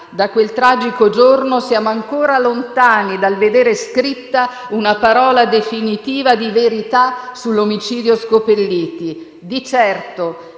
da quel tragico giorno siamo ancora lontani dal vedere scritta una parola definitiva di verità sull'omicidio Scopelliti. Di certo